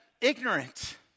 ignorant